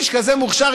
איש כזה מוכשר,